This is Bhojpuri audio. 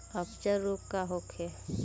अपच रोग का होखे?